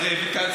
לא מסייעת לך.